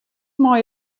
mei